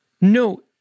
no